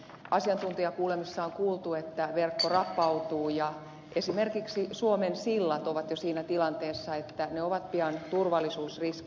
asiantuntijakuulemisissa on kuultu että verkko rapautuu ja esimerkiksi suomen sillat ovat jo siinä tilanteessa että ne ovat pian turvallisuusriski